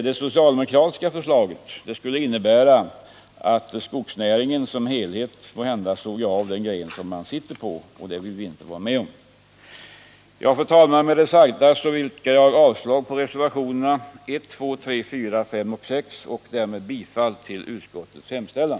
Det socialdemokratiska förslaget skulle innebära att skogsnäringen som helhet måhända sågar av den gren den sitter på, och det vill vi inte vara med om. Fru talman! Med det sagda yrkar jag avslag på reservationerna 1. 2.3.4.5 och 6 och bifall till utskottets hemställan.